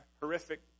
horrific